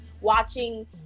watching